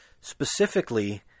specifically